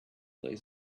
lays